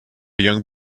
young